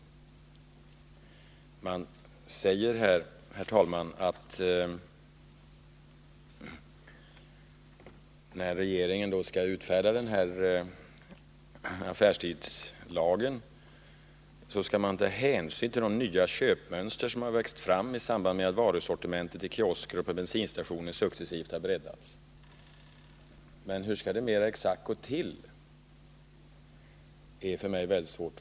Socialdemokraterna säger i reservationen att regeringen när den utfärdar affärstidslagen skall ta hänsyn till ”de nya köpmönster som har växt fram i samband med att varusortimentet i kiosker och på bensinstationer successivt har breddats”. Det är för mig mycket svårt att förstå hur det mera exakt skall gå till.